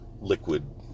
liquid